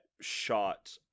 shot